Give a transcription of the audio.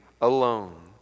alone